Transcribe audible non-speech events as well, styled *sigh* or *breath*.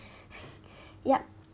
*breath* yup